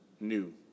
new